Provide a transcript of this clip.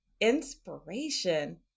Inspiration